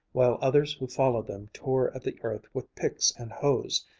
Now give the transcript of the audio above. while others who followed them tore at the earth with picks and hoes.